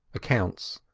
accounts,